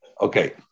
Okay